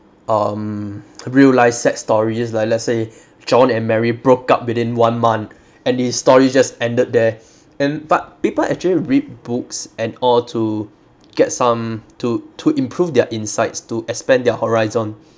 um real life sad stories like let's say john and mary broke up within one month and the story just ended there and but people actually read books and all to get some to to improve their insights to expand their horizon